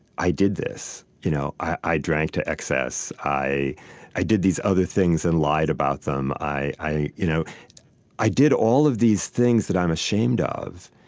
i did this. you know i drank to excess. i i did these other things and lied about them. i i you know i did all of these things that i'm ashamed ah of.